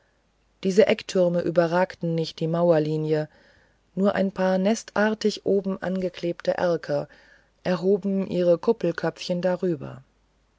diese ecktürme überragten nicht die mauerlinie nur ein paar nestartig oben angeklebte erker erhoben ihre kuppelköpfchen darüber